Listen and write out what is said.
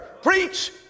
Preach